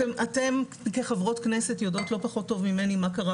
אתן כחברות כנסת יודעות לא פחות טוב ממני מה קרה